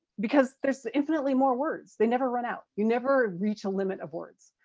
because there's infinitely more words. they never run out. you never reach a limit of words,